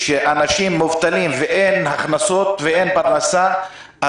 שאנשים מובטלים ואין הכנסות ואין פרנסה,